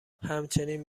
همچنین